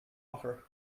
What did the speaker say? offer